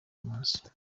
munsi